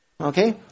okay